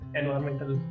environmental